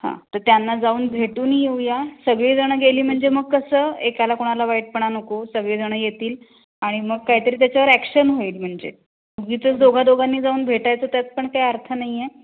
हां तर त्यांना जाऊन भेटून येऊया सगळीजण गेली म्हणजे मग कसं एकाला कोणाला वाईटपणा नको सगळेजण येतील आणि मग कायतरी त्याच्यावर ॲक्शन होईल म्हणजे उगीचंच दोघादोघांनी जाऊन भेटायचं त्यात पण काय अर्थ नाही आहे